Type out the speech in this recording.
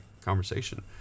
conversation